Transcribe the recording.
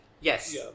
Yes